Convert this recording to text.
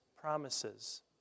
promises